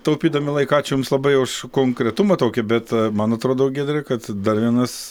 taupydami laiką ačiū jums labai už konkretumą tokį bet man atrodo giedre kad dar vienas